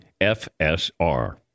FSR